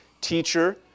Teacher